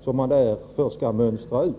som därför skall mönstras ut.